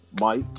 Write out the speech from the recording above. Mike